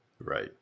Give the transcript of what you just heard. right